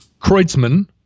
Kreutzmann